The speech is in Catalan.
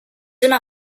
una